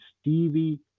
Stevie